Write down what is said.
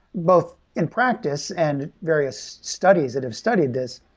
both in practice and various studies that have studied this,